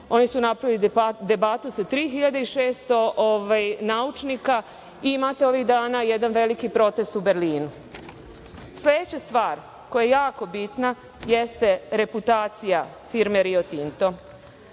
Oni su napravili debatu sa 3.600 naučnika. Imate i ovih dana jedan veliki protest u Berlinu. Sledeća stvar koja je jako bitna jeste reputacija firme Rio Tinto.